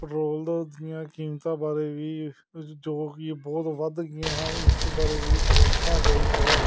petrol ਦਾ ਦੀਆਂ ਕੀਮਤਾਂ ਬਾਰੇ ਵੀ ਜੋ ਕਿ ਬਹੁਤ ਵੱਧ ਗਈਆਂ ਹਨ ਇਸ ਬਾਰੇ ਵੀ ਸੋਚਣਾ ਚਾਹੀਦਾ ਹੈ